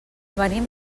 venim